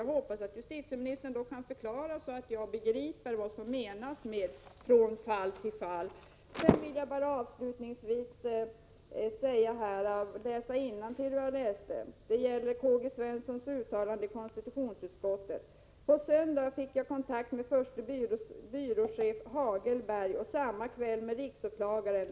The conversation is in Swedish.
Jag hoppas att justitieministern i så fall kan förklara sig så att jag begriper vad som menas med ”från fall till fall”. Avslutningsvis vill jag bara på nytt läsa innantill ur K. G. Svenssons uttalande i konstitutionsutskottet: ”På söndagen fick jag kontakt med förste byråchef Hagelberg och samma kväll med riksåklagaren.